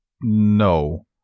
No